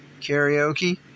karaoke